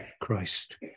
Christ